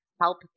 help